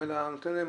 ולתת להן